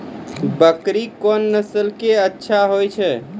बकरी कोन नस्ल के अच्छा होय छै?